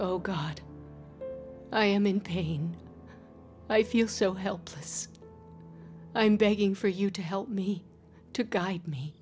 oh god i am in pain i feel so helpless i'm begging for you to help me to guide me